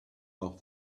off